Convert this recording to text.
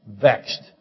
vexed